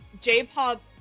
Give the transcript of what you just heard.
J-pop